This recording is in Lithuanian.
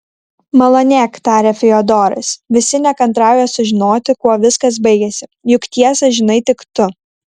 malonėk tarė fiodoras visi nekantrauja sužinoti kuo viskas baigėsi juk tiesą žinai tik tu